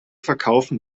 verkaufen